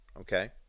Okay